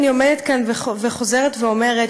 אני עומדת כאן וחוזרת ואומרת,